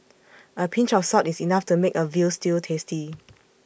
A pinch of salt is enough to make A Veal Stew tasty